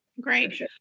Great